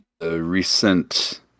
recent